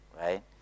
Right